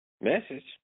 Message